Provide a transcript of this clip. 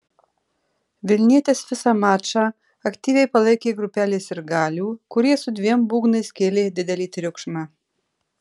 vilnietes visą mačą aktyviai palaikė grupelė sirgalių kurie su dviem būgnais kėlė didelį triukšmą